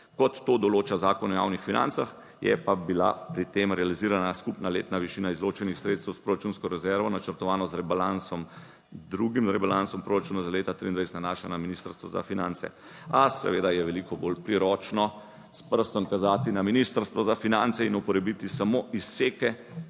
kot to določa Zakon o javnih financah, je pa bila pri tem realizirana skupna letna višina izločenih sredstev s proračunsko rezervo, načrtovano z rebalansom, drugim rebalansom proračuna za leto 2023 nanaša na Ministrstvo za finance, a seveda je veliko bolj priročno s prstom kazati na Ministrstvo za finance in uporabiti samo izseke